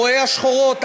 רואי השחורות,